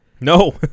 No